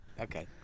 Okay